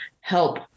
help